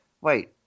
wait